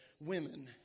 women